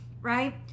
Right